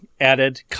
added